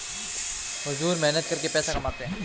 मजदूर मेहनत करके पैसा कमाते है